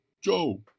Joe